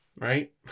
right